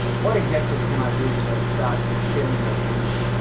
what exactly can i do to start sharing it and